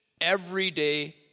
everyday